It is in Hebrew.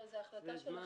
זו החלטה שלכם.